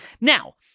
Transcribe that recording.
Now